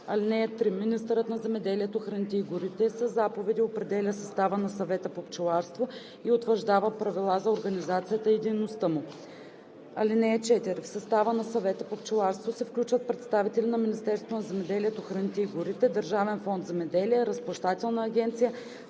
(3) Министърът на земеделието, храните и горите със заповеди определя състава на Съвета по пчеларство и утвърждава правила за организацията и дейността му. (4) В състава на Съвета по пчеларство се включват представители на Министерството на земеделието, храните и горите, Държавен фонд „Земеделие“ – Разплащателна агенция,